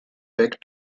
back